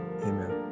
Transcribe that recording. amen